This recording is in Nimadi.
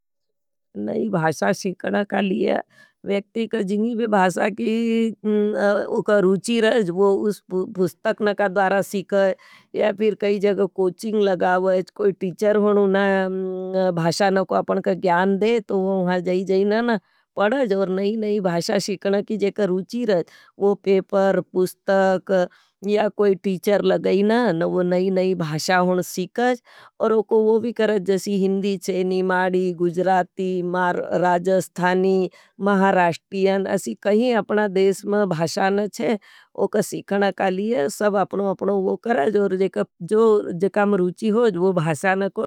नई भाषा शीकना का लिया व्याक्ति का जीनी भाषा की उका रूची रह ज़। वो उस पुस्तक ना का द्वारा शीक रह या फिर कई जग कोचिंग लगावज। कोई टीचर होनु ना भाषा ना को अपनका घ्यान दे तो वो जाए जाए ना पढ़ाज। और नई नई भाषा शीकना की ज़ेका रूची रह वो पेपर, पुस्तक या कोई टीचर लगाई। ना ना वो नई नई भाषा होन शीकज और वो को वो भी करते हैं। जैसे हिंदी है, निमाडी, गुजराती, राजस्थानी, महराश्टियन असी कहीं अपना देश में भाषान है। वो को सीखना कालिये सब अपनो वो करते हैं जो जेकाम रूची होज, वो भाषान को।